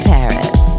Paris